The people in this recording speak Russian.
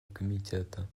комитета